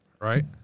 right